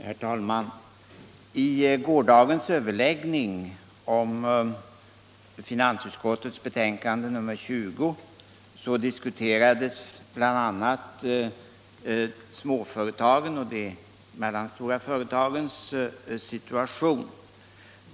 Herr talman! Under gårdagens överläggning om finansutskottets betänkande nr 20 diskuterades bl.a. småföretagens och de medelstora företagens situation.